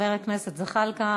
חבר הכנסת זחאלקה,